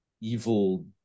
evil